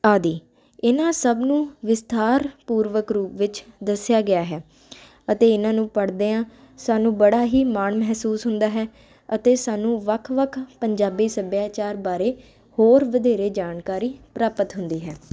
ਆਦਿ ਇਨ੍ਹਾਂ ਸਭ ਨੂੰ ਵਿਸਥਾਰਪੂਰਵਕ ਰੂਪ ਵਿੱਚ ਦੱਸਿਆ ਗਿਆ ਹੈ ਅਤੇ ਇਨ੍ਹਾਂ ਨੂੰ ਪੜ੍ਹਦਿਆਂ ਸਾਨੂੰ ਬੜਾ ਹੀ ਮਾਣ ਮਹਿਸੂਸ ਹੁੰਦਾ ਹੈ ਅਤੇ ਸਾਨੂੰ ਵੱਖ ਵੱਖ ਪੰਜਾਬੀ ਸੱਭਿਆਚਾਰ ਬਾਰੇ ਹੋਰ ਵਧੇਰੇ ਜਾਣਕਾਰੀ ਪ੍ਰਾਪਤ ਹੁੰਦੀ ਹੈ